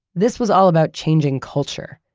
this was all about changing culture,